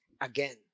Again